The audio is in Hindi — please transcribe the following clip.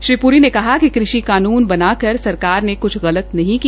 श्री पूरी ने कहा कि कृषि कानून बना कर सरकार ने कुछ गलत नहीं किया